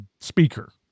speaker